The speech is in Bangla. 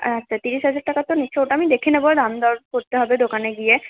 আচ্ছা ত্রিশ হাজার টাকার তো নিচ্ছি ওটা আমি দেখে নেব দাম দর করতে হবে দোকানে গিয়ে